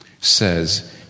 says